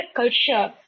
culture